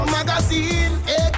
Magazine